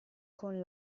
con